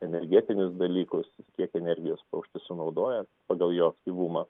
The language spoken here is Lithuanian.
energetinius dalykus kiek energijos paukštis sunaudoja pagal jo aktyvumą